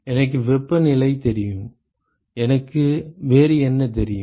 எனக்கு வெப்பநிலை தெரியும் எனக்கு வேறு என்ன தெரியும்